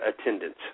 attendance